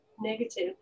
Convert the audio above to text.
negative